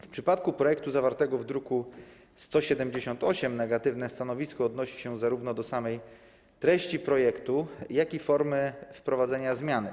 W przypadku projektu zawartego w druku nr 178 negatywne stanowisko odnosi się zarówno do samej treści projektu, jak i formy wprowadzenia zmiany.